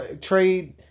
trade